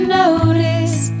notice